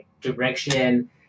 direction